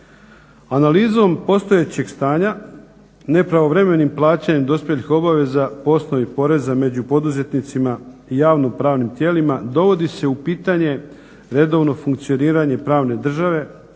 Analizom postojećeg stanja nepravovremenim plaćanjem dospjelih obaveza po osnovi poreza među poduzetnicima i javno-pravnim tijelima dovodi se u pitanje redovno funkcioniranje pravne države,